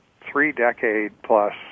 three-decade-plus